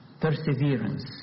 perseverance